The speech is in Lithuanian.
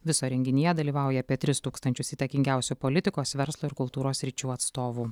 viso renginyje dalyvauja apie tris tūkstančius įtakingiausių politikos verslo ir kultūros sričių atstovų